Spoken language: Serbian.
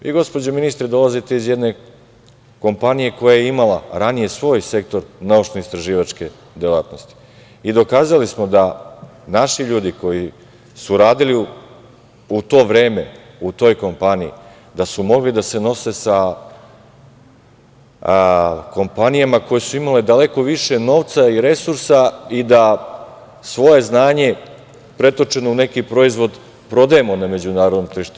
Vi gospođo ministre, dolazite iz jedne kompanije koja je imala ranije svoj sektor naučno-istraživačke delatnosti i dokazali smo da naši ljudi koji su radili u to vreme, u toj kompaniji, da su mogli da se nose sa kompanijama koje su imale daleko više novca i resursa i da svoje znanje pretočeno u neki proizvod prodajemo na međunarodnom tržištu.